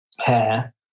hair